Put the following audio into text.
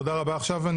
תודה רבה לך.